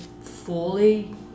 fully